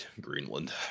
Greenland